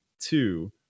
two